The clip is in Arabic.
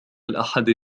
الأحد